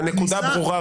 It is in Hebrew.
הנקודה ברורה,